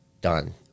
done